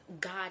God